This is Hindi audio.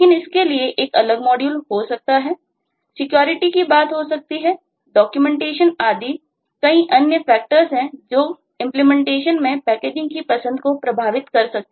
इसलिए वे पैकेजिंग के कारकफैक्टर्स की पसंद को प्रभावित कर सकते हैं